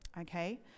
okay